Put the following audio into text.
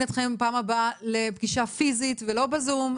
אתכם בפעם הבאה לפגישה פיזית ולא בזום,